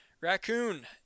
raccoon